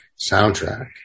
soundtrack